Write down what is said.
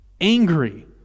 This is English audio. Angry